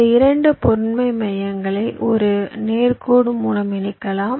இந்த 2 பொருண்மை மையங்களை ஒரு நேர் கோடு மூலம் இணைக்கலாம்